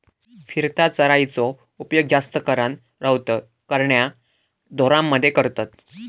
फिरत्या चराइचो उपयोग जास्त करान रवंथ करणाऱ्या ढोरांमध्ये करतत